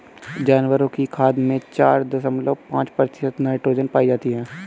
जानवरों की खाद में चार दशमलव पांच प्रतिशत नाइट्रोजन पाई जाती है